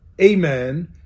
amen